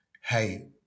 hey